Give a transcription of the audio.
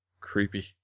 Creepy